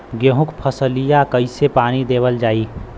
गेहूँक फसलिया कईसे पानी देवल जाई?